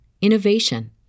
innovation